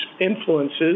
influences